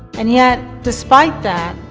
and yet, despite that,